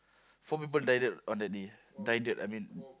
four people died on that day died I mean